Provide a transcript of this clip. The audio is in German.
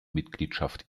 mitgliedschaft